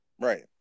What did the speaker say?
right